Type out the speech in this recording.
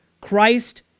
Christ